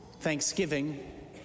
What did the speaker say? thanksgiving